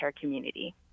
community